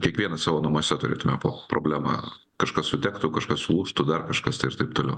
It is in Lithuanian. kiekvienas savo namuose turėtumėme po problemą kažkas sudegtų kažkas sulūžtų dar kažkas tai ir taip toliau